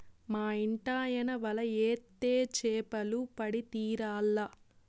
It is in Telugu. మా ఇంటాయన వల ఏత్తే చేపలు పడి తీరాల్ల